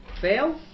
Fail